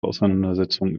auseinandersetzung